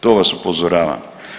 To vas upozoravam.